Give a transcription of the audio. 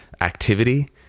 activity